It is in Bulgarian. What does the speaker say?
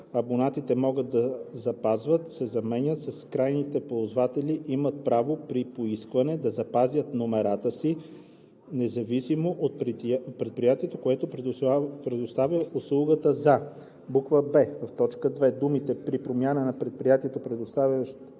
„абонатите могат да запазват“ се заменят с „крайните ползватели имат право, при поискване, да запазят номерата си, независимо от предприятието, което предоставя услугата, за“; б) в т. 2 думите „при промяна на предприятието, предоставящо